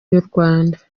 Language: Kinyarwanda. rwanda